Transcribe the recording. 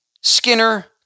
Skinner